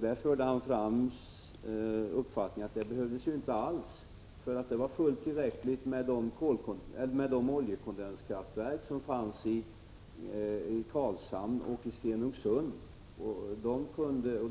Han för fram den uppfattningen att det inte alls behövdes utan att det är fullt tillräckligt med de oljekondenskraftverk som finns i Karlshamn och i Stenungsund.